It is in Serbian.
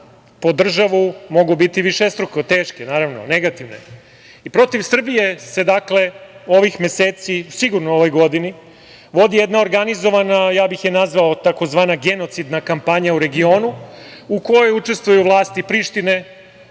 po državu mogu biti višestruko teške, negativne. Protiv Srbije se ovih meseci, sigurno u ovoj godini, vodi jedna organizovana, a ja bih je nazvao tzv. genocidna kampanja u regionu, u kojoj učestvuju vlasti Prištine,